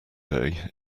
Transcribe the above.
day